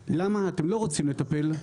ואז החברה מתה זה לטובת הציבור?